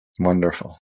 Wonderful